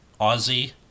Aussie